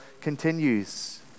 continues